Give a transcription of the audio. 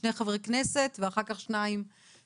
אחר כך נעבור